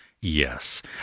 Yes